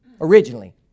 originally